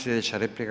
Slijedeća replika,